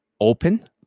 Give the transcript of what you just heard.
open